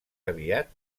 aviat